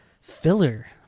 filler